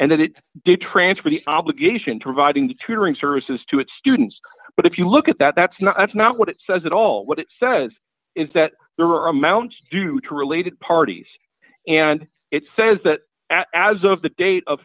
and that it did transfer the obligation to providing tutoring services to its students but if you look at that that's not that's not what it says it all what it says is that there are amounts due to related parties and it says that as of the date of